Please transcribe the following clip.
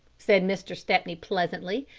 said mr. stepney pleasantly.